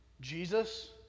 Jesus